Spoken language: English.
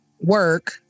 work